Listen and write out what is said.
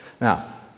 Now